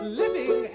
living